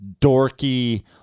dorky